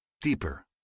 deeper